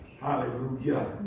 Hallelujah